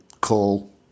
call